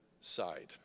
side